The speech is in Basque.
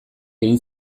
egin